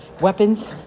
weapons